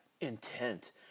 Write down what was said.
intent